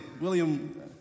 William